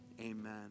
amen